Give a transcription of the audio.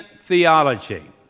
theology